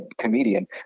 comedian